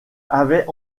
avait